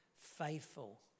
faithful